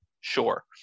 Sure